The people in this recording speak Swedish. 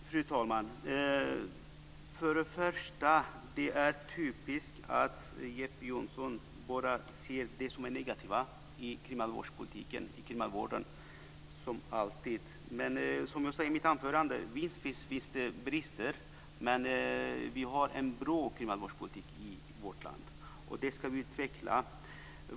Fru talman! Först och främst är det typiskt att Jeppe Johnsson bara ser det som är negativt i kriminalvårdspolitiken och kriminalvården. Det är som alltid. Men som jag sade i mitt anförande finns det brister, men vi har en bra kriminalvårdspolitik i vårt land, och den ska vi utveckla.